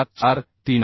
443 आहे